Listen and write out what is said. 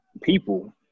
people